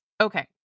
okay